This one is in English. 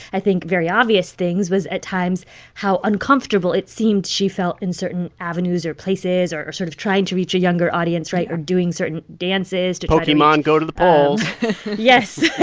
i think, very obvious things was at times how uncomfortable it seemed she felt in certain avenues or places or or sort of trying to reach a younger audience right? or doing certain dances to. pokemon go to the polls yes,